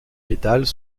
pétales